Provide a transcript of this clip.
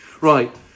right